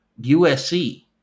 USC